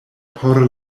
por